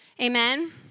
Amen